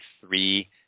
three